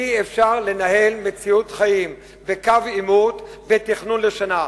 אי-אפשר לנהל מציאות חיים בקו עימות בתכנון לשנה.